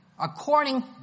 According